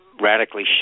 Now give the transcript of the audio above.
radically